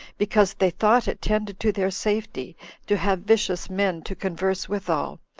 because they thought it tended to their safety to have vicious men to converse withal,